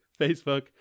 Facebook